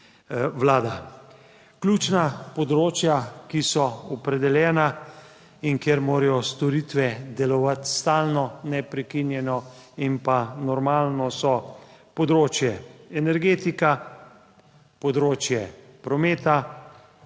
vlada. Ključna področja, ki so opredeljena in kjer morajo storitve delovati stalno, neprekinjeno in pa normalno, so področje energetika, področje prometa,